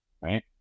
right